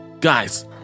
Guys